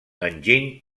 enginy